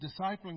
discipling